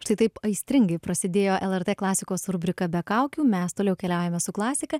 štai taip aistringai prasidėjo lrt klasikos rubrika be kaukių mes toliau keliaujame su klasika